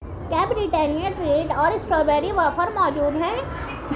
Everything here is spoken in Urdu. کیا بریٹانیا ٹریٹ اور اسٹرابیری ویفر موجود ہیں